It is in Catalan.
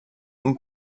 d’un